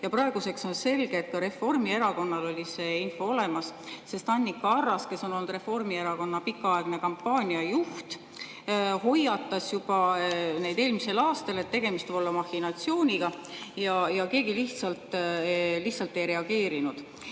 Praeguseks on selge, et ka Reformierakonnal oli see info olemas, sest Annika Arras, kes on olnud Reformierakonna pikaaegne kampaaniajuht, hoiatas juba eelmisel aastal, et tegemist võib olla mahhinatsiooniga, aga keegi lihtsalt ei reageerinud. Ma